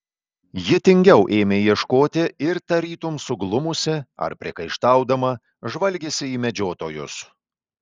ji tingiau ėmė ieškoti ir tarytum suglumusi ar priekaištaudama žvalgėsi į medžiotojus